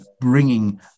bringing